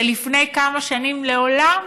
לפני כמה שנים לעולם